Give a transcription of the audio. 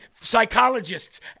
psychologists